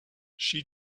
she